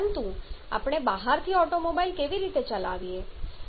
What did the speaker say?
પરંતુ આપણે બહારથી ઓટોમોબાઈલ કેવી રીતે ચલાવીએ છીએ